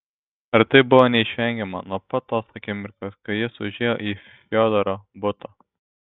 ar tai buvo neišvengiama nuo pat tos akimirkos kai jis užėjo į fiodoro butą